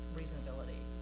reasonability